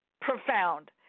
profound